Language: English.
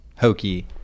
hokey